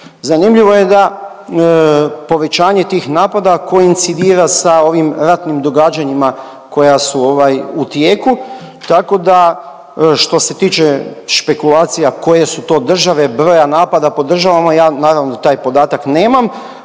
Zanimljivo je da povećanje tih napada koincidira sa ovim ratnim događanjima koja su ovaj u tijeku, tako da što se tiče špekulacija koje su to države, broja napada, podržavamo, ja naravno taj podatak nemam,